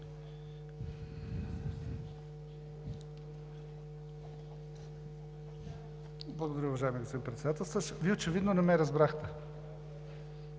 Благодаря, уважаеми господин Председателстващ. Вие очевидно не ме разбрахте.